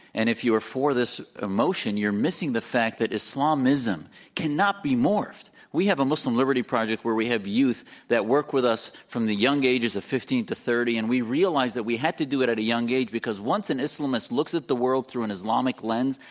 and if you are for this motion you're missing the fact that islamism cannot be morphed. we have a muslim liberty project where we have youth that work with us from the young ages of fifteen to thirty, and we realized that we had to do it at a young age because once an islamist looks at the world through an islamic lens,